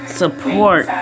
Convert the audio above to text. support